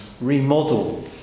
remodel